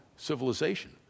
Civilization